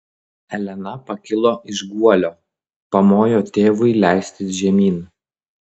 elena pakilo iš guolio pamojo tėvui leistis žemyn